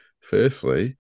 Firstly